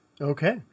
Okay